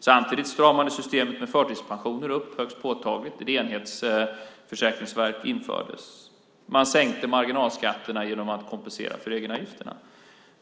Samtidigt stramades systemet med förtidspensioner upp högst påtagligt och ett enhetsförsäkringsverk infördes. Man sänkte marginalskatterna genom att kompensera för egenavgifterna.